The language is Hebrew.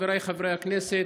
חבריי חברי הכנסת,